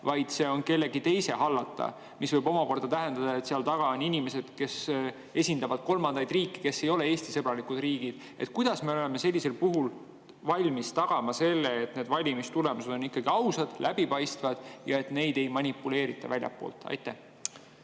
vaid kellegi teise hallata – mis võib omakorda tähendada, et selle taga on inimesed, kes esindavad kolmandaid riike, kes ei ole Eesti‑sõbralikud riigid –, siis me oleme valmis tagama, et valimistulemused on ausad, läbipaistvad ja neid ei manipuleerita väljastpoolt? Aitäh,